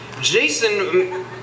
Jason